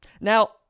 Now